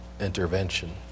intervention